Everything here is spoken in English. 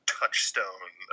touchstone